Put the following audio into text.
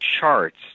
charts